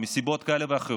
מסיבות כאלה ואחרות,